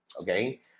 Okay